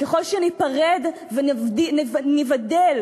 ככל שניפרד וניבדל,